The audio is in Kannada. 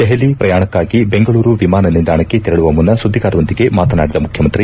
ದೆಪಲಿ ಪ್ರಯಾಣಕಾಗಿ ಬೆಂಗಳೂರು ವಿಮಾನ ನಿಲ್ಲಾಣಕ್ಕೆ ತೆರಳುವ ಮುನ್ನ ಸುದ್ಗಿಗಾರರೊಂದಿಗೆ ಮಾತನಾಡಿದ ಮುಖ್ಯಮಂತ್ರಿ